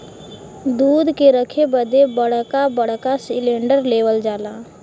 दूध के रखे बदे बड़का बड़का सिलेन्डर लेवल जाला